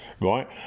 Right